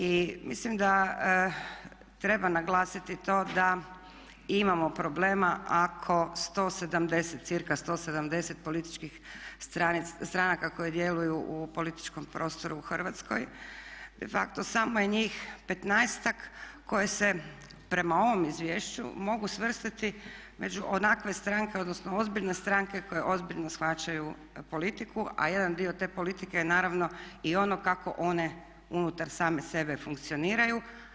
I mislim da treba naglasiti to da imamo problema ako cca. 170 političkih stranaka koje djeluju u političkom prostoru u Hrvatskoj, de facto samo je njih 15-ak koje se prema ovom izvješću mogu svrstati među onakve stranke, odnosno ozbiljne stranke koje ozbiljno shvaćaju politiku a jedan dio te politike je naravno i ono kako one unutar same sebe funkcioniraju.